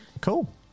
cool